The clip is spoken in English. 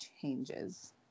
changes